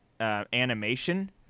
Animation